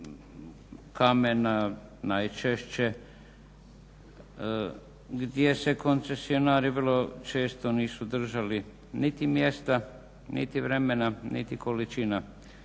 kamena najčešće gdje se koncesionari vrlo često nisu držali niti mjesta, niti vremena niti količina